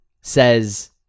says